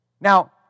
Now